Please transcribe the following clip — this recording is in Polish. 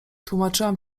tłumaczyłam